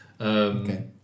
okay